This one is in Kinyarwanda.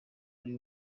ariko